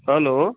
hello